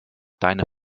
deine